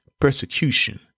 persecution